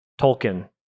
Tolkien